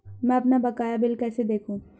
मैं अपना बकाया बिल कैसे देखूं?